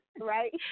Right